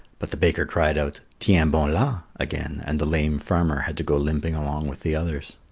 but the baker cried out tiens-bon-la again and the lame farmer had to go limping along with the others.